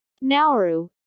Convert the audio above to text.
Nauru